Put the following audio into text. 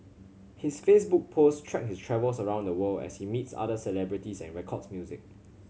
his Facebook posts track his travels around the world as he meets other celebrities and records music